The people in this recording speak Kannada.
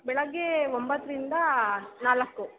ಬೆಳಗ್ಗೆ ಒಂಬತ್ತರಿಂದ ನಾಲ್ಕು